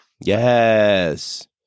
Yes